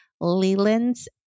Leland's